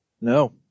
No